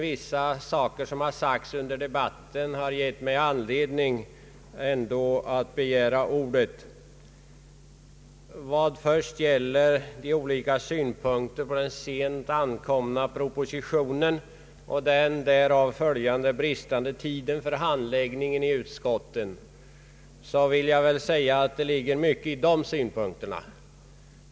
Vissa saker som har sagts under debatten har emellertid gett mig anledning att begära ordet. Vad först gäller den sent framlagda propositionen och den därav följande tidsbristen för handläggningen i utskotten ligger det mycket i de synpunkter som framförts.